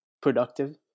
productive